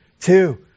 two